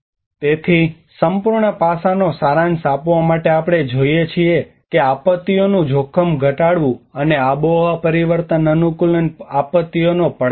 તેથી સંપૂર્ણ પાસાંનો સારાંશ આપવા માટે આપણે જોઈએ છીએ કે આપત્તિઓનું જોખમ ઘટાડવું અને આબોહવા પરિવર્તન અનુકૂલન આપત્તિઓનો પડકારો છે